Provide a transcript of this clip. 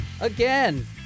again